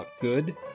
Good